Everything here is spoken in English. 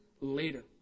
later